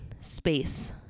space